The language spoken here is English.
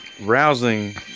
rousing